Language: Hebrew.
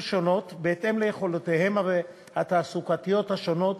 שונות בהתאם ליכולותיהם התעסוקתיות השונות,